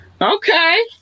okay